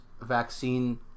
vaccine